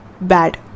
bad